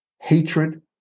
hatred